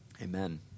amen